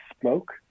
smoke